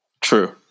True